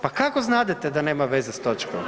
Pa kako znadete da nema veze sa točkom?